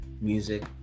music